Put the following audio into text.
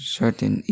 certain